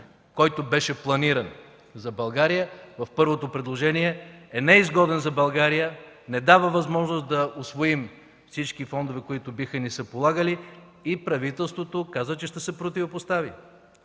който беше планиран за България в първото предложение, е неизгоден за България, не дава възможност да усвоим всички фондове, които биха ни се полагали, и правителството каза, че ще се противопостави.